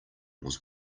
was